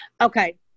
Okay